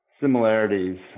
similarities